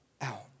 out